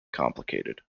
complicated